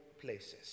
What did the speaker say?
places